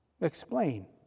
Explain